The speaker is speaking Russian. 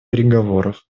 переговоров